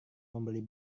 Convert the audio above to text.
membeli